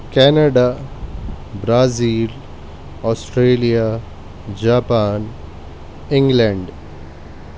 Canada Brazil Australia Japan England